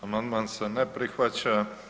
Amandman se ne prihvaća.